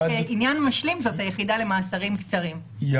כעניין משלים, זאת היחידה למאסרים קצרים.